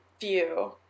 view